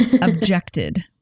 objected